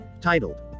titled